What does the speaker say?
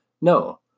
No